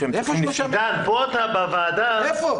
איפה?